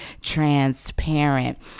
transparent